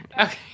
Okay